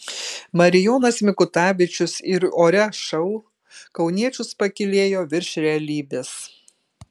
marijonas mikutavičius ir ore šou kauniečius pakylėjo virš realybės